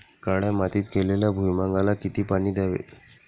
काळ्या मातीत केलेल्या भुईमूगाला किती पाणी द्यावे?